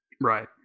Right